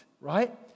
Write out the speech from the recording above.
right